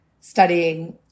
studying